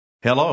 Hello